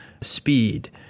speed